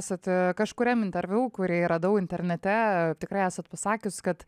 esat kažkuriam interviu kurį radau internete tikrai esat pasakius kad